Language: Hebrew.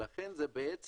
כן זה גידור,